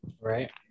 Right